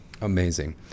Amazing